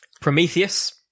Prometheus